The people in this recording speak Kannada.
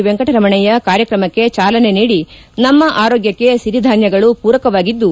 ವೆಂಕಟರಮಣಯ್ದ ಕಾರ್ಕ್ರಮಕ್ಕೆ ಚಾಲನೆ ನೀಡಿ ನಮ್ಮ ಆರೋಗ್ಟಕ್ಕೆ ಸಿರಿಧಾನ್ಯಗಳು ಪೂರಕವಾಗಿದ್ದು